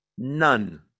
none